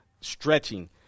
stretching